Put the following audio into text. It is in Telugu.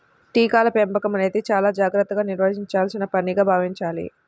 కీటకాల పెంపకం అనేది చాలా జాగర్తగా నిర్వహించాల్సిన పనిగా భావించాలి